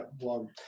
one